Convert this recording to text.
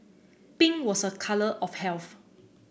pink was a colour of health